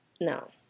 no